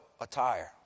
attire